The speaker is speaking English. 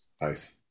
Nice